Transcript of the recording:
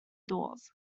doors